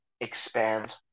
expands